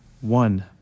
One